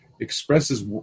expresses